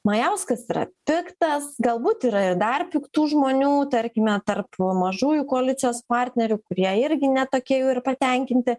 majauskas yra piktas galbūt yra ir dar piktų žmonių tarkime tarp mažųjų koalicijos partnerių kurie irgi ne tokie jau ir patenkinti